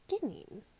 beginning